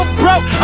broke